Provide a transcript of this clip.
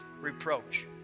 reproach